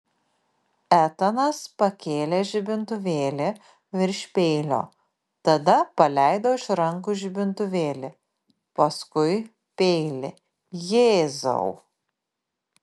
etanas pakėlė žibintuvėlį virš peilio tada paleido iš rankų žibintuvėlį paskui peilį jėzau